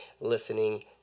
listening